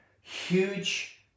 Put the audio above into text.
huge